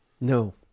No